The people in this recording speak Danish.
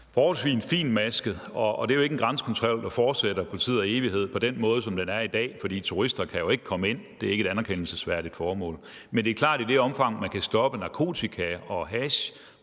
forholdsvis fintmasket, og det er jo ikke en grænsekontrol, der fortsætter for tid og evighed på den måde, som den er i dag, for turister kan jo ikke komme ind – det er ikke et anerkendelsesværdigt formål. Men hvis man i et omfang kan stoppe narkotika og hash